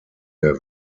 der